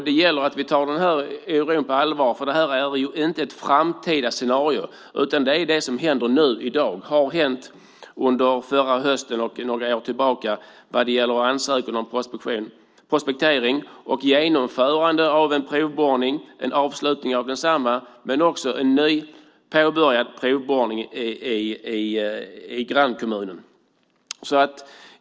Det gäller att vi tar oron på allvar, för det här är inte ett framtida scenario utan det som händer nu i dag, som har hänt under förra hösten och sedan några år tillbaka vad gäller ansökan om prospektering och genomförande av en provborrning, en avslutning av densamma men också en ny påbörjad provborrning i grannkommunen.